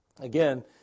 again